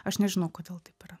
aš nežinau kodėl taip yra